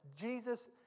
Jesus